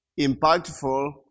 impactful